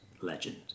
legend